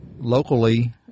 locally